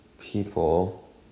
people